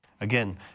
Again